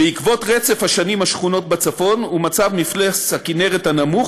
בעקבות רצף השנים השחונות בצפון ומצב מפלס הכינרת הנמוך